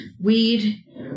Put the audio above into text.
weed